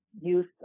use